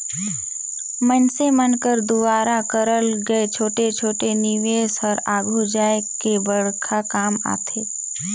मइनसे मन कर दुवारा करल गे छोटे छोटे निवेस हर आघु जाए के बड़खा काम आथे